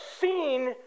seen